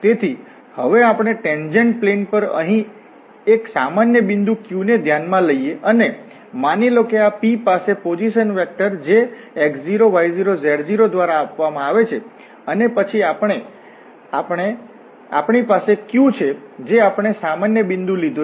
તેથી હવે આપણે ટેન્જેન્ટ પ્લેન પર અહીં એક સામાન્ય બિંદુ Q ને ધ્યાનમાં લઈએ છીએ અને માની લો કે આ P પાસે પોઝિશન વેક્ટર જે x0y0z0 દ્વારા આપવામાં આવે છે અને પછી આપણી પાસે Q છે જે આપણે સામાન્ય બિંદુ લીધો છે